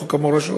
חוק המורשות,